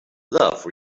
love